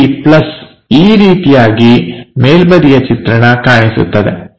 ಮತ್ತೆ ಈ ಪ್ಲಸ್ ಈ ರೀತಿಯಾಗಿ ಮೇಲ್ಬದಿಯ ಚಿತ್ರಣ ಕಾಣಿಸುತ್ತದೆ